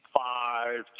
five